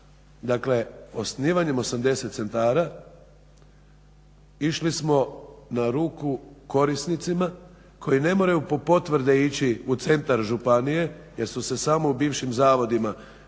ima osnivanjem 80 centara išli smo na ruku korisnicima koji ne moraju po potvrde ići u centar županije jer su se samo u bivšim zavodima mogle